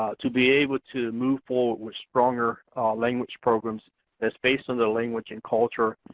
ah to be able to move forward with stronger language programs that's based on the language and culture,